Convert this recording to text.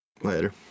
Later